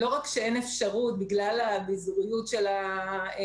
לעיתים לא רק שאין אפשרות בגלל הבין-לאומיות של העבירה,